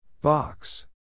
Box